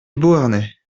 beauharnais